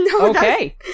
Okay